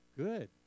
Good